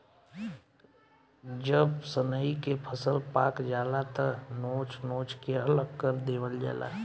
जब सनइ के फसल पाक जाला त नोच नोच के अलग कर देवल जाला